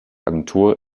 agentur